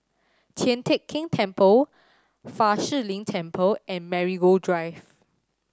Tian Teck Keng Temple Fa Shi Lin Temple and Marigold Drive